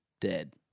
dead